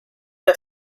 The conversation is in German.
der